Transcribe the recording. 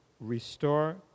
restore